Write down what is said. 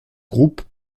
groupe